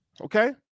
okay